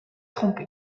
trompé